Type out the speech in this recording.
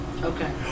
okay